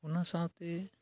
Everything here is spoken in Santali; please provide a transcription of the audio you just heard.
ᱚᱱᱟ ᱥᱟᱶᱛᱮ